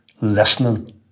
listening